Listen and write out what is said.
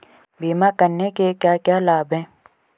बीमा करने के क्या क्या लाभ हैं?